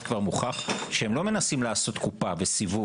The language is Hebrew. כבר מוכח שהם לא מנסים לעשות קופה וסיבוב.